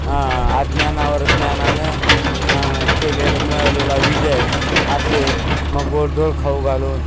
अज्ञानावर ज्ञानानं केलेलं मिळवलेला विजय असे मग गोडधोड खाऊ घालून